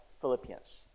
Philippians